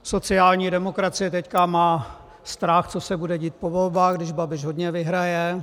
Sociální demokracie teď má strach, co se bude dít po volbách, když Babiš hodně vyhraje.